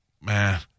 Man